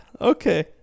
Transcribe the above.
okay